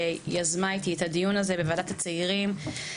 שיזמה את הדיון הזה בוועדת הצעירים ביחד איתי.